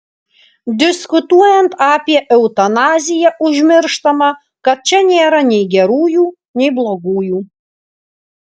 diskutuojant apie eutanaziją užmirštama kad čia nėra nei gerųjų nei blogųjų